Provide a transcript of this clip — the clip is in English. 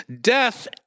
Death